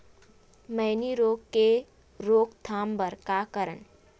मैनी रोग के रोक थाम बर का करन?